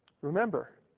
Remember